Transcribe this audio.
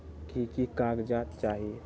की की कागज़ात चाही?